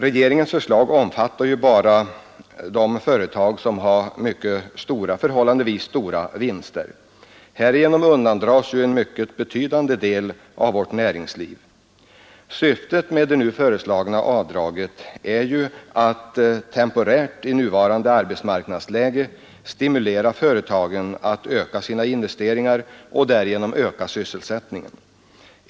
Regeringens förslag omfattar ju bara de företag som har förhållandevis stora vinster. Syftet med det nu föreslagna avdraget är ju att temporärt i nuvarande arbetsmarknadsläge stimulera företagen att öka sina investeringar och därigenom öka sysselsättningen.